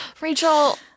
Rachel